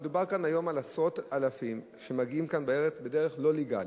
מדובר היום על עשרות אלפים שמגיעים לכאן בדרך לא לגלית.